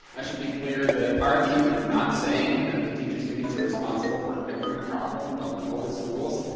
i should be clear that our team is not saying that the teachers unions are responsible for every problem of the public schools.